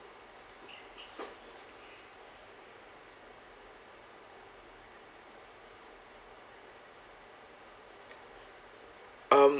um